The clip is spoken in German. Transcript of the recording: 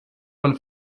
von